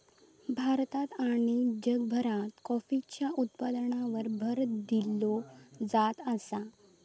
भारतात आणि जगभरात कॉफीच्या उत्पादनावर भर दिलो जात आसा